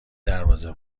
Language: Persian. دربازه